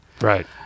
Right